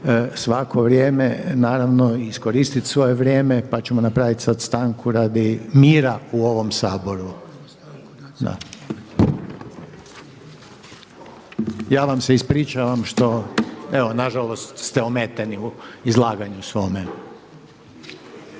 svako vrijeme naravno iskoristiti svoje vrijeme pa ćemo napraviti sada stanku radi mira u ovom Saboru. Ja vam se ispričavam što evo nažalost ste ometeni u izlaganju svome.